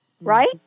right